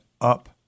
up